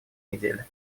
неделе